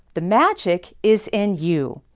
the magic is in you!